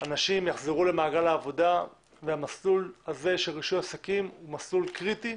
אנשים יחזרו למעגל העבודה והמסלול הה של רישוי עסקים הוא מסלול קריטי.